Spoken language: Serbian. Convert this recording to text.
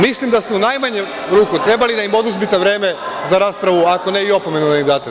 Mislim da ste, u najmanju ruku, trebali da im oduzmete vreme za raspravu, ako ne i opomenu da im date.